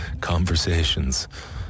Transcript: conversations